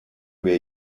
wir